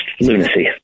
lunacy